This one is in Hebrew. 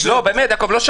תודה.